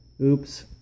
Oops